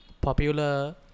popular